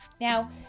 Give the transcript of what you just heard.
Now